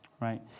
right